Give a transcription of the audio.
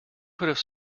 have